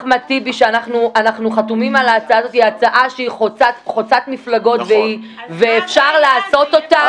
אחמד טיבי היא הצעה חוצה מפלגות ואפשר לעשות אותה -- נכון.